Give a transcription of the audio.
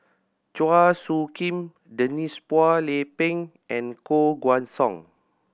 Chua Soo Khim Denise Phua Lay Peng and Koh Guan Song